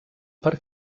per